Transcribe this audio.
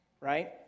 right